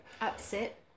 upset